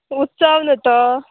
उत्सव न्हू तो